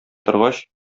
торгач